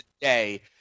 today